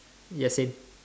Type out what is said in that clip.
ya same